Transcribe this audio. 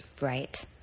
Right